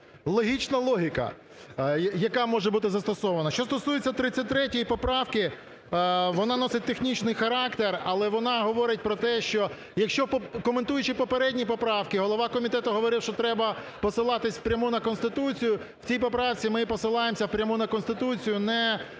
логічна логіка, яка може бути застосована. Що стосується 33 поправки, вона носить технічний характер. Але вона говорить про те, що якщо коментуючи попередні поправки голова комітету говорив, що треба посилатись напрямку на Конституцію, в цій поправці ми й посилаємось напряму на Конституцію, не